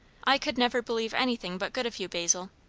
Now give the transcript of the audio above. i could never believe anything but good of you, basil.